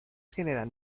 generan